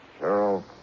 Cheryl